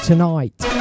Tonight